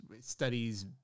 studies